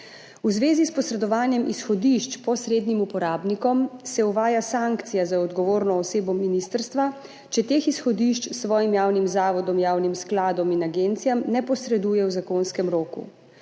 V zvezi s posredovanjem izhodišč posrednim uporabnikom se uvaja sankcija za odgovorno osebo ministrstva, če teh izhodišč svojim javnim zavodom, javnim skladom in agencijam ne posreduje v zakonskem roku.